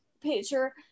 picture